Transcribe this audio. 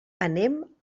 anem